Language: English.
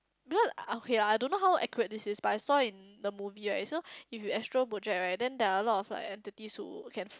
because okay lah I don't know how accurate this is but I saw in the movie right so if you astral project right then there are a lot of like entities who can